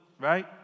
right